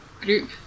group